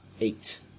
eight